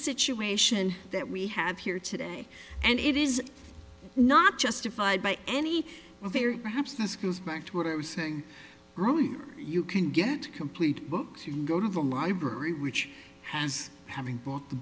situation that we have here today and it is not justified by any of their perhaps this goes back to what i was saying earlier you can get complete books you can go to the library which has having bought the